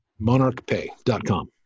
MonarchPay.com